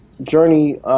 journey